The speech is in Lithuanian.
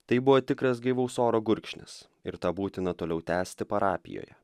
tai buvo tikras gaivaus oro gurkšnis ir tą būtina toliau tęsti parapijoje